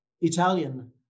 Italian